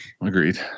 agreed